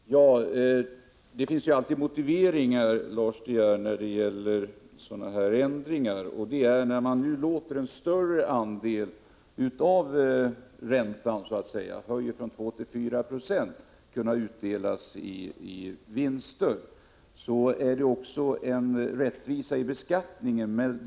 Herr talman! Det finns alltid motiveringar, Lars De Geer, till ändringar. När man nu låter en större andel av räntan — man höjer den från 2 90 till 4 Jo — kunna utdelas i vinster, så innebär det också en rättvisa i beskattningen.